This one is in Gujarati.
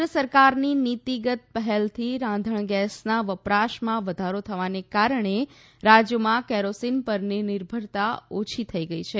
કેન્દ્ર સરકારની નીતીગત પહેલથી રાંધણગેસનાં વપરાશમાં વધારો થવાને કારણે રાજ્યોમાં કેરોસીન પરની નિર્ભરતાં ઓછી થઈ છે